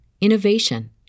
innovation